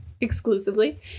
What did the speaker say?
exclusively